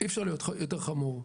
המצב לא יכול להיות חמור יותר.